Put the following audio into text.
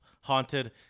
haunted